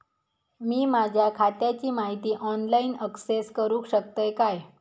मी माझ्या खात्याची माहिती ऑनलाईन अक्सेस करूक शकतय काय?